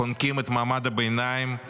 חונקים את מעמד הביניים,